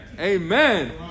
Amen